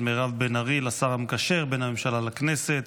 מירב בן ארי לשר המקשר בין הממשלה לכנסת,